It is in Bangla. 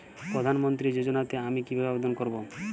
প্রধান মন্ত্রী যোজনাতে আমি কিভাবে আবেদন করবো?